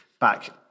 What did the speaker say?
back